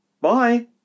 Bye